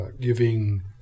giving